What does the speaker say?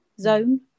zone